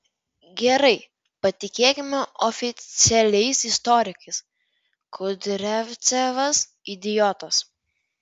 gerai patikėkime oficialiais istorikais kudriavcevas idiotas